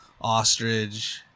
ostrich